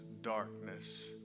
darkness